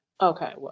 Okay